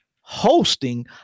hosting